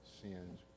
sins